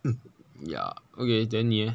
ya okay then 你 leh